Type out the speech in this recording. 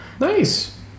nice